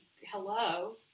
hello